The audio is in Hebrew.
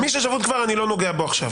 מי שכבר שפוט, אני לא נוגע בו עכשיו.